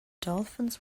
dolphins